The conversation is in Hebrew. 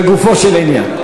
לגופו של עניין.